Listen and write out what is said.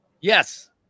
Yes